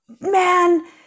man